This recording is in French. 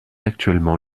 actuellement